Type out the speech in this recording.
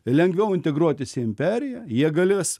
lengviau integruotis į imperiją jie galės